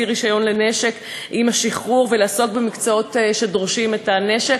רישיון לנשק עם השחרור ולעסוק במקצועות שדורשים את הנשק.